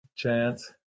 chance